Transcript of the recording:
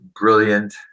brilliant